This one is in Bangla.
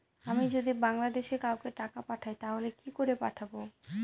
আমি যদি বাংলাদেশে কাউকে টাকা পাঠাই তাহলে কি করে পাঠাবো?